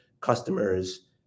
customers